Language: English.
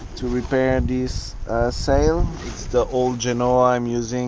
to repair and this sail, it's the old genoa i'm using